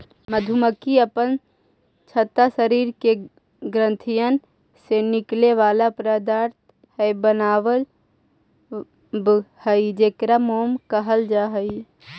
मधुमक्खी अपन छत्ता शरीर के ग्रंथियन से निकले बला पदार्थ से बनाब हई जेकरा मोम कहल जा हई